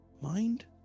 mind